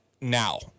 now